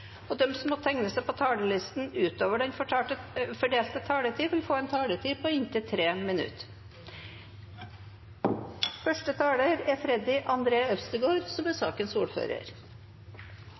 og de som måtte tegne seg på talerlisten utover den fordelte taletid, får en taletid på inntil